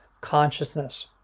consciousness